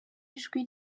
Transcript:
ijwi